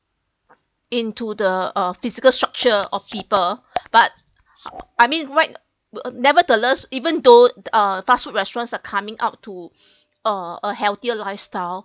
into the uh physical structure of people but I mean right nevertheless even though uh fast food restaurants are coming up to uh a healthier lifestyle